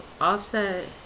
Offset